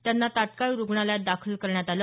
त्यांना तात्काळ रुग्णालयात दाखल करण्यात आलं